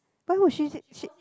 why would she she